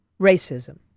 racism